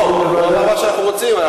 הוא אמר, מה שאנחנו רוצים.